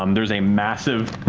um there's a massive